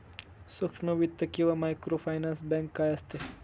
सूक्ष्म वित्त किंवा मायक्रोफायनान्स बँक काय असते?